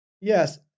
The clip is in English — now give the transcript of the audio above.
Yes